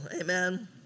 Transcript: amen